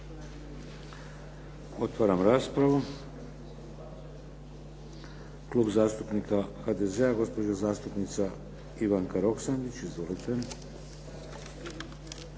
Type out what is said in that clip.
Otvaram raspravu. Klub zastupnika HDZ-a, gospođa zastupnica Ivanka Roksandić. Izvolite.